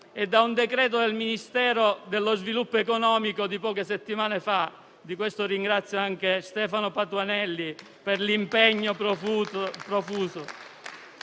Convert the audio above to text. e da un decreto del Ministero dello sviluppo economico di poche settimane fa. In merito, ringrazio anche Stefano Patuanelli per l'impegno profuso.